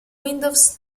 windows